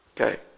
Okay